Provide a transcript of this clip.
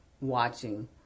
watching